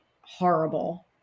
horrible